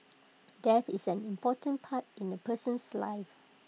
death is an important part in A person's life